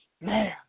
man